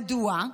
מדוע?